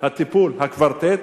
הטיפול של הקוורטט,